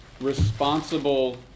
responsible